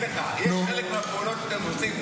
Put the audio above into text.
חלק מהפעולות שאתם עושים,